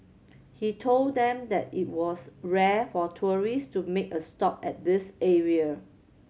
he told them that it was rare for a tourist to make a stop at this area